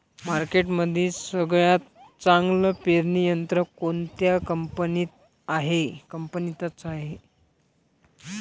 मार्केटमंदी सगळ्यात चांगलं पेरणी यंत्र कोनत्या कंपनीचं हाये?